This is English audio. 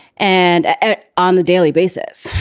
and ah on the daily basis,